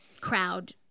crowd